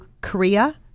Korea